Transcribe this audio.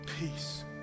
peace